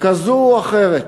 כזו או אחרת.